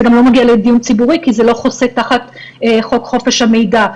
זה גם לא מגיע לדיון ציבורי כי זה לא חוסה תחת חוק חופש המידע.